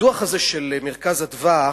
בדוח הזה של "מרכז אדוה"